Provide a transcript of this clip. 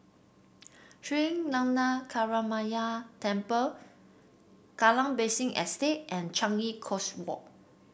Sri Lankaramaya Temple Kallang Basin Estate and Changi Coast Walk